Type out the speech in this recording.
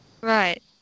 Right